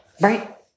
Right